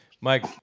Mike